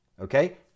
Okay